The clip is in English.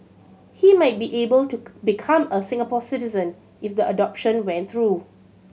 he might be able to become a Singapore citizen if the adoption went through